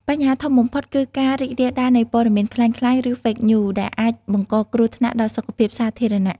បញ្ហាធំបំផុតគឺការរីករាលដាលនៃព័ត៌មានក្លែងក្លាយ ឬ Fake News ដែលអាចបង្កគ្រោះថ្នាក់ដល់សុខភាពសាធារណៈ។